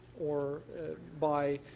or by